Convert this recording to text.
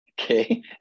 okay